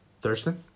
Thurston